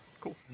cool